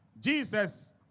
Jesus